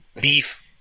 Beef